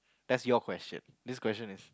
that's your question this question is